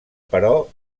però